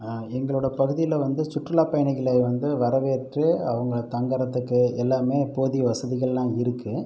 எங்களோடய பகுதியில் வந்து சுற்றுலா பயணிகளை வந்து வரவேற்று அவங்க தங்கிறதுக்கு எல்லாமே போதிய வசதிகளெலாம் இருக்குது